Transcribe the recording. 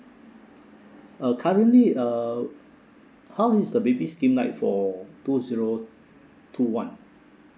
uh currently uh how is the baby scheme like for two zero two one